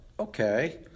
Okay